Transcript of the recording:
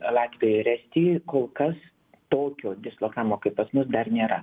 latvijoj ir estijoj kol kas tokio dislokavimo kaip pas mus dar nėra